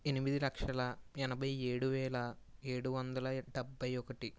ఎనిమిది లక్షల ఎనభై ఏడు వేల ఏడు వందల డెబ్బై ఒకటి